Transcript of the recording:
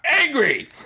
angry